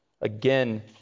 again